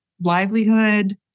livelihood